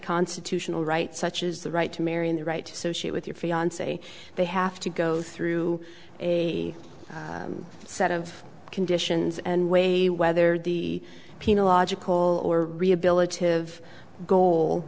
constitutional right such is the right to marry in the right so she with your fiance they have to go through a set of conditions and way whether the penal logical or rehabilitative goal